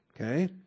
okay